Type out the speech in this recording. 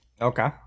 Okay